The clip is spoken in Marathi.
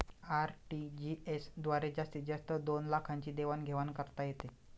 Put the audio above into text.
आर.टी.जी.एस द्वारे जास्तीत जास्त दोन लाखांची देवाण घेवाण करता येते